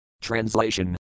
TRANSLATION